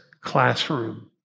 classroom